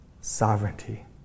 sovereignty